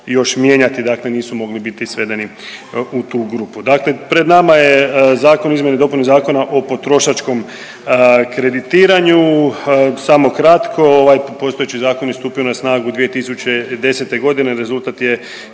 još mijenjati, dakle nisu mogli biti svedeni u tu grupu. Dakle pred nama je zakon o izmjeni i dopuni Zakona o potrošačkom kreditiranju, samo kratko, ovaj postojeći zakon je stupio na snagu 2010. g., rezultat je